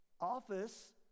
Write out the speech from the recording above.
Office